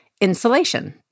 Insulation